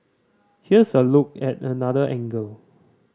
here's a look at another angle